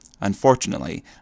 Unfortunately